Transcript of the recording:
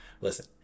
Listen